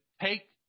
take